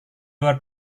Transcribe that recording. luar